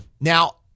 Now